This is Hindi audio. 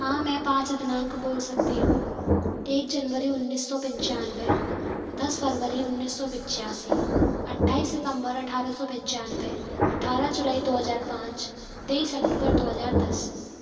हाँ मैं पाँच दिनांक बोल सकती हूँ एक जनवरी उन्नीस सौ पंचानबे दस फरवरी उन्नीस सौ पचासी अठ्ठाईस सितम्बर अठारह सौ पंचानबे अठारह जुलाई दो हज़ार पाँच तेईस अक्टूबर दो हज़ार दस